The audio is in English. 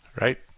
right